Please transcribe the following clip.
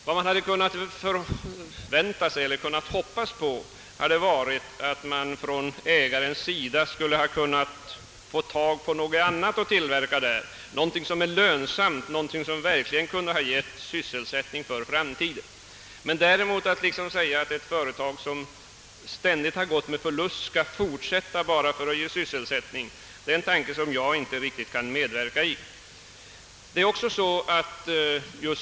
Vad man hade kunnat hoppas på hade varit att ägaren skulle ha kunnat finna något annat att tillverka, någonting lönsamt som verkligen kunde ha gett sysselsättning för framtiden. Att ett företag som ständigt har gått med förlust skall fortsätta bara för att ge sysselsättning är däremot en uppfattning som jag inte riktigt kan dela.